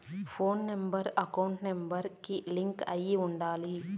పోను number account number కి link అయ్యి ఉండాలి